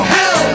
Hell